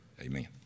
Amen